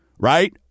right